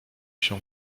się